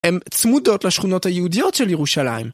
הן צמודות לשכונות היהודיות של ירושלים.